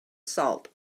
salt